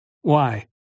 Why